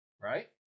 right